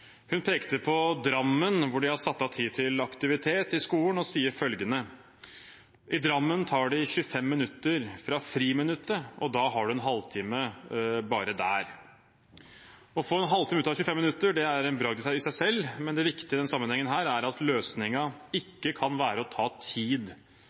Hun pekte på Drammen, hvor de har satt av tid til aktivitet i skolen, og sa følgende: «I Drammen tar de 25 minutter fra friminuttet og da har du en halvtime bare der.» Å få en halvtime ut av 25 minutter er en bragd i seg selv, men det viktige i denne sammenhengen er at